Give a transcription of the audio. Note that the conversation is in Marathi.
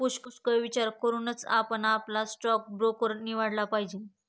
पुष्कळ विचार करूनच आपण आपला स्टॉक ब्रोकर निवडला पाहिजे